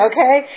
okay